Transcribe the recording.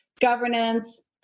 governance